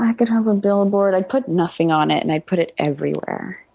i could have a billboard, i'd put nothing on it and i'd put it everywhere.